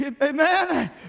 Amen